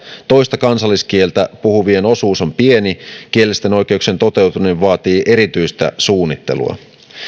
toista kansalliskieltä puhuvien osuus on pieni kielellisten oikeuksien toteutuminen taas vaatii erityistä suunnittelua